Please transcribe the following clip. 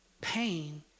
Pain